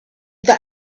that